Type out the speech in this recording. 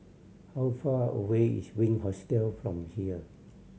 how far away is Wink Hostel from here